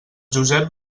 josep